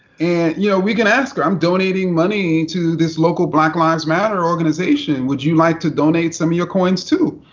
and you know, we can ask her, i'm donating money to this local black lives matter organization. would you like to donate some of your coins, too?